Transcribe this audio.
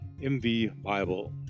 mvbible